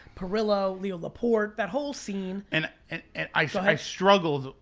pirillo, leo laporte, that whole scene. and and i so i struggled,